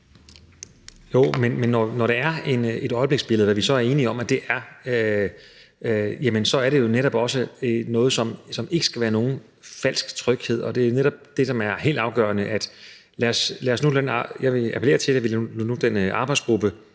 Men når det er et øjebliksbillede, hvad vi så er enige om at det er, så er det jo netop også noget, som ikke skal give nogen falsk tryghed, og det er netop det, som er helt afgørende. Jeg vil appellere til, at man nu lader den arbejdsgruppe